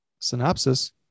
synopsis